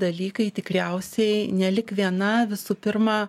dalykai tikriausiai nelik viena visų pirma